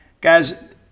Guys